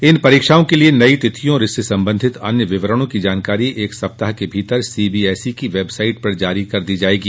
इन परीक्षाओं के लिए नयी तिथियों और इससे संबंधित अन्य विवरणों की जानकारी एक सप्ताह के भीतर सीबीएसई की वेबसाइट पर जारी कर दी जाएगी